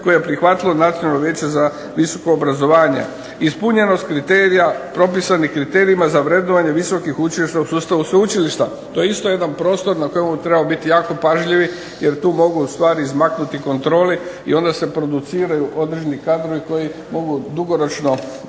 koje je prihvatilo Nacionalno vijeće za visoko obrazovanje. Ispunjenost kriterija propisanih kriterijima za vrednovanje visokih učilišta u sustavu sveučilišta. To je isto jedan prostor na kojemu trebamo biti jako pažljivi, jer tu mogu stvari izmaknuti kontroli, i onda se produciraju određeni kadrovi koji mogu dugoročno